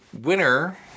winner